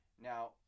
Now